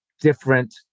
different